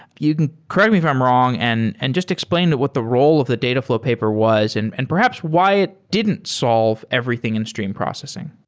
you can correct me if i'm wrong and and just explain what the role of the dataflow paper was and and perhaps why it didn't solve everything in stream processing.